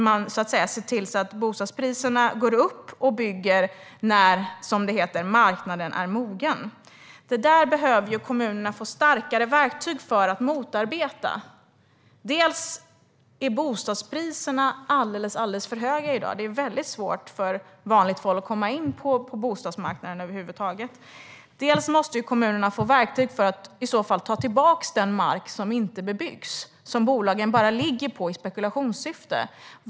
Man ser till att bostadspriserna går upp och bygger när - som det heter - marknaden är mogen. Kommunerna borde få starkare verktyg för att motarbeta detta. Bostadspriserna är alldeles för höga i dag. Det är väldigt svårt för vanligt folk att över huvud taget komma in på bostadsmarknaden. Kommunerna måste få verktyg för att ta tillbaka den mark som inte bebyggs och som bolagen bara ligger på i spekulationssyfte.